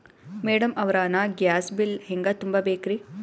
Madam ಅವ್ರ, ನಾ gas bill ಹೆಂಗ ತುಂಬಾ ಬೇಕ್ರಿ?